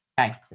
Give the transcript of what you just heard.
Okay